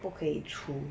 不可以出